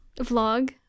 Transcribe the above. vlog